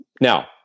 Now